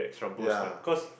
yeah